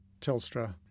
Telstra